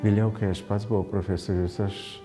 vėliau kai aš pats buvau profesorius aš